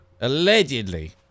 Allegedly